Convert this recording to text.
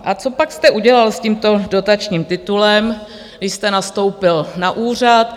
A copak jste udělal s tímto dotačním titulem, když jste nastoupil na úřad?